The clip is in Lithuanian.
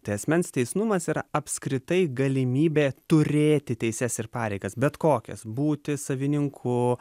tai asmens teisnumas yra apskritai galimybė turėti teises ir pareigas bet kokias būti savininku